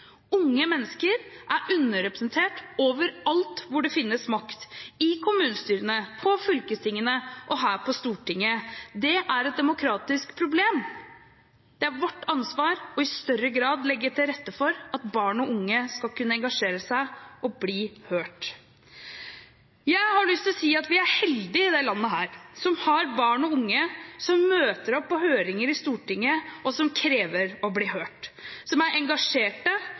Unge mennesker er underrepresentert overalt hvor det finnes makt – i kommunestyrene, på fylkestingene og her på Stortinget. Det er et demokratisk problem. Det er vårt ansvar i større grad å legge til rette for at barn og unge skal kunne engasjere seg og bli hørt. Jeg har lyst til å si at vi er heldige i dette landet som har barn og unge som møter opp på høringer i Stortinget, og som krever å bli hørt, som er engasjerte,